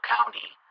County